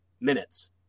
minutes